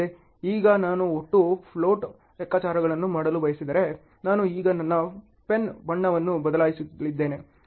ಈಗ ನಾನು ಒಟ್ಟು ಫ್ಲೋಟ್ ಲೆಕ್ಕಾಚಾರಗಳನ್ನು ಮಾಡಲು ಬಯಸಿದರೆ ನಾನು ಈಗ ನನ್ನ ಪೆನ್ ಬಣ್ಣವನ್ನು ಬದಲಾಯಿಸಲಿದ್ದೇನೆ ಸರಿ